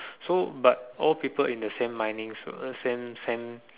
so but all people in the same mining's uh same same